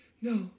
no